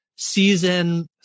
Season